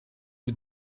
who